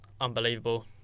Unbelievable